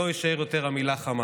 שלא תישאר יותר המילה "חמאס".